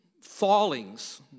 fallings